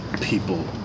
people